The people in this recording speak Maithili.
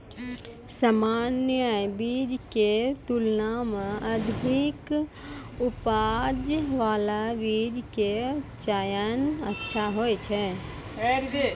सामान्य बीज के तुलना मॅ अधिक उपज बाला बीज के चयन अच्छा होय छै